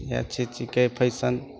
इएह चीज छिकै फैशन